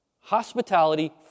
Hospitality